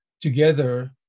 together